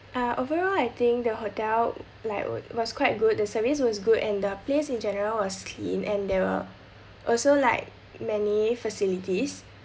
uh overall I think the hotel like wa~ was quite good the service was good and the place in general was clean and there were also like many facilities